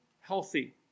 healthy